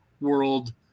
World